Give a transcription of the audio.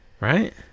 Right